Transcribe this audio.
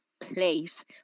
place